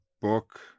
book